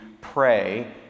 pray